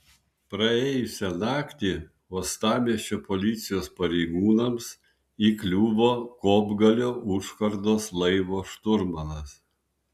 praėjusią naktį uostamiesčio policijos pareigūnams įkliuvo kopgalio užkardos laivo šturmanas